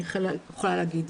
אני חייבת להגיד.